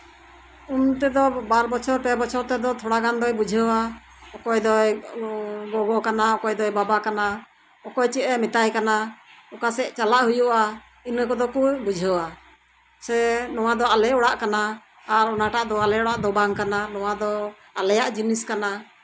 ᱩᱱ ᱛᱮᱫᱚ ᱵᱟᱨ ᱵᱚᱪᱷᱚᱨ ᱯᱮ ᱵᱚᱪᱷᱚᱨ ᱯᱚᱨ ᱥᱟᱱᱟᱢ ᱫᱚᱭ ᱵᱩᱡᱷᱟᱹᱣᱟ ᱚᱠᱚᱭ ᱫᱚᱭ ᱜᱚᱜᱚ ᱠᱟᱱᱟ ᱚᱠᱚᱭ ᱫᱚᱭ ᱵᱟᱵᱟ ᱠᱟᱱᱟ ᱚᱠᱚᱭ ᱪᱮᱫ ᱮ ᱢᱮᱛᱟᱭ ᱠᱟᱱᱟ ᱚᱠᱟ ᱥᱮᱡ ᱪᱟᱞᱟᱣ ᱦᱩᱭᱩᱜᱼᱟ ᱤᱱᱟᱹ ᱠᱚᱫᱚ ᱠᱚ ᱵᱩᱡᱷᱟᱹᱣᱟ ᱥᱮ ᱱᱚᱣᱟ ᱫᱚ ᱟᱞᱮ ᱚᱲᱟᱜ ᱠᱟᱱᱟ ᱟᱨ ᱚᱱᱟᱴᱟᱜ ᱫᱚ ᱟᱞᱮ ᱚᱲᱟᱜ ᱫᱚ ᱠᱟᱱᱟ ᱱᱚᱣᱟ ᱫᱚ ᱟᱞᱮᱭᱟᱜ ᱡᱤᱱᱤᱥ ᱠᱟᱱᱟ